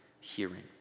hearing